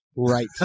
Right